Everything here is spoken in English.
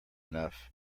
enough